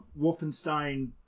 Wolfenstein